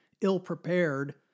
ill-prepared